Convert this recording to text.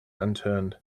unturned